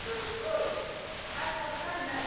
हाँ बोल खाद का दुकान है